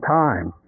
time